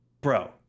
Bro